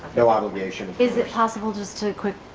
no obligation. is it possible just to quick.